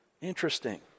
Interesting